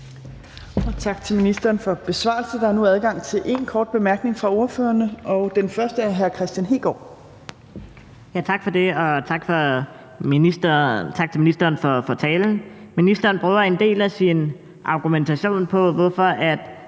Tak for det. Og tak til ministeren for talen. Ministeren bruger som en del af sin argumentation for,